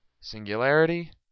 Singularity